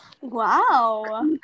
Wow